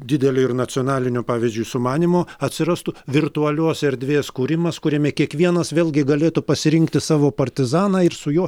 didelio ir nacionalinio pavyzdžiui sumanymo atsirastų virtualios erdvės kūrimas kuriame kiekvienas vėlgi galėtų pasirinkti savo partizaną ir su juo